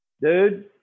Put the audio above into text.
Dude